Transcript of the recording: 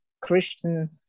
Christian